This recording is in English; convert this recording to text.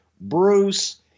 Bruce